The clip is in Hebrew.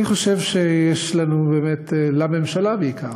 אני חושב שיש לנו באמת, לממשלה בעיקר,